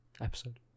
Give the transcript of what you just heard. episode